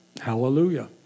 hallelujah